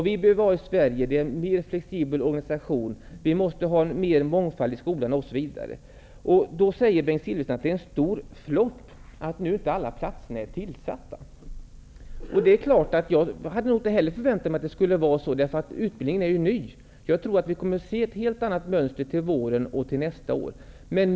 Vi behöver i Sverige en mer flexibel organisation. Vi måste ha mer mångfald i skolan. Bengt Silfverstrand säger att det är en stor flopp att inte alla platserna är tillsatta. Jag hade inte heller förväntat mig detta. Utbildningen är ju ny. Jag tror att vi kommer att se ett helt annat mönster till våren och till nästa år.